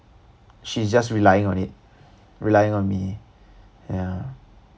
she's just relying on it relying on me yeah